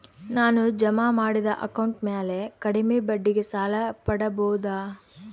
ನಾನು ಜಮಾ ಮಾಡಿದ ಅಕೌಂಟ್ ಮ್ಯಾಲೆ ಕಡಿಮೆ ಬಡ್ಡಿಗೆ ಸಾಲ ಪಡೇಬೋದಾ?